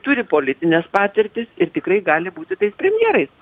turi politines patirtis ir tikrai gali būti tais premjerais